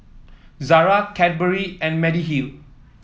Zara Cadbury and Mediheal